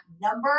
number